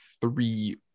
three